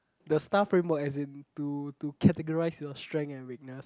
the staff framework as in to to categorise your strength and weakness